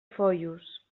foios